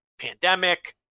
pandemic